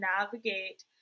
navigate